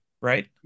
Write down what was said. right